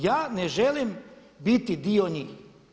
Ja ne želim biti dio njih.